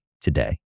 today